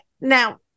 now